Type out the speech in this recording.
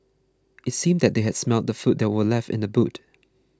it seemed that they had smelt the food that were left in the boot